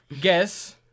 guess